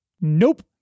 Nope